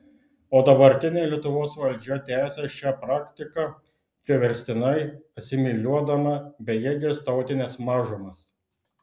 o dabartinė lietuvos valdžia tęsia šią praktiką priverstinai asimiliuodama bejėges tautines mažumas